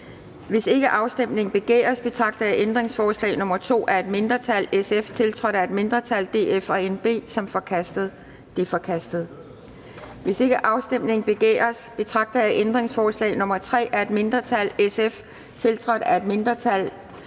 Hvis ikke afstemning begæres, betragter jeg ændringsforslag nr. 2 af et mindretal (SF) tiltrådt af et mindretal (DF og NB) som forkastet. Det er forkastet. Hvis ikke afstemning begæres, betragter jeg ændringsforslag nr. 3 af et mindretal (SF) tiltrådt af et mindretal (RV, EL og Sikandar